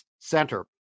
center